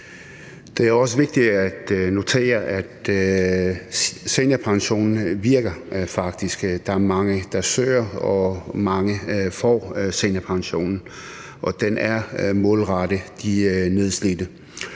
Det er også vigtigt at notere, at seniorpensionen faktisk virker. Der er mange, der søger, og mange får seniorpension, og den er målrettet de nedslidte.